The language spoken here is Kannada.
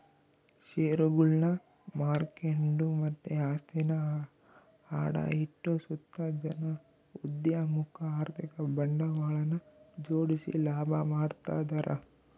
ಷೇರುಗುಳ್ನ ಮಾರ್ಕೆಂಡು ಮತ್ತೆ ಆಸ್ತಿನ ಅಡ ಇಟ್ಟು ಸುತ ಜನ ಉದ್ಯಮುಕ್ಕ ಆರ್ಥಿಕ ಬಂಡವಾಳನ ಜೋಡಿಸಿ ಲಾಭ ಮಾಡ್ತದರ